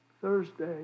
Thursday